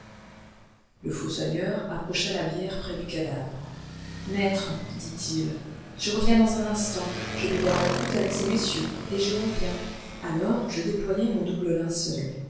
le fossoyeur approcha la bière près du cadavre maître dit-il je reviens dans un instant je vais boire la goutte avec ces messieurs et je reviens alors je déployai mon double linceul